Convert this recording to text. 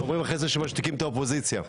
ואחרי זה אומרים שמשתיקים את האופוזיציה.